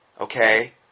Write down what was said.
okay